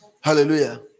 Hallelujah